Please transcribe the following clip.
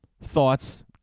thoughts